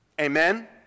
Amen